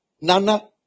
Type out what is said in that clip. Nana